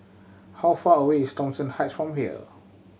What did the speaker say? how far away is Thomson Heights from here